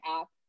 app